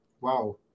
wow